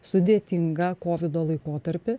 sudėtingą kovido laikotarpį